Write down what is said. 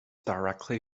directly